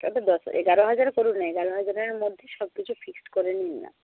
তবে দশ এগারো হাজারে করুন না এগারো হাজারের মধ্যে সবকিছু ফিক্সড করে নিন না